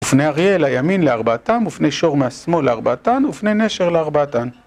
ופני אריה אל הימין לארבעתם, ופני שור מהשמאל לארבעתן, ופני נשר לארבעתן.